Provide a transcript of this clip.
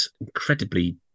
incredibly